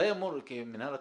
מנהל התכנון,